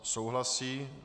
Souhlasí.